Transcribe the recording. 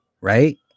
right